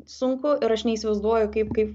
sunku ir aš neįsivaizduoju kaip kaip